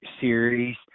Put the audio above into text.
series